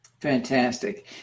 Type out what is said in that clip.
Fantastic